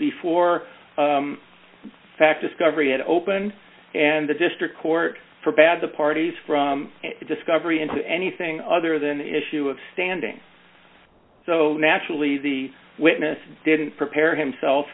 before fact discovery had opened and the district court for bad the parties from discovery into anything other than issue of standing so naturally the witness didn't prepare himself